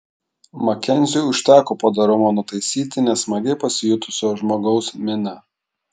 makenziui užteko padorumo nutaisyti nesmagiai pasijutusio žmogaus miną